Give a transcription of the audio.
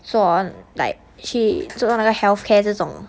so on like 去做到那个 healthcare 这种